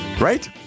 right